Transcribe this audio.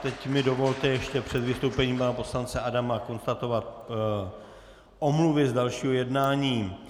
Teď mi dovolte ještě před vystoupením pana poslance Adama konstatovat omluvy z dalšího jednání.